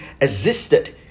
existed